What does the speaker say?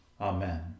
Amen